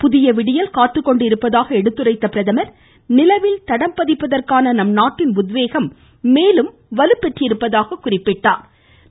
புதிய விடியல் காத்துக்கொண்டிருப்பதாக எடுத்துரைத்த பிரதமர் நிலவில் தடம் பதிப்பதற்கான நம் நாட்டின் உத்வேகம் மேலும் வலுப்பெற்றிருப்பதாக குறிப்பிட்டார்